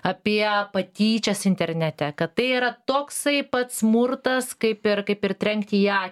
apie patyčias internete kad tai yra toksai pats smurtas kaip ir kaip ir trenkti į a